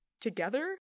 together